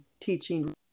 teaching